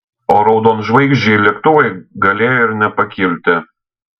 o raudonžvaigždžiai lėktuvai galėjo ir nepakilti